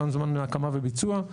גם זמן הקמה וביצוע.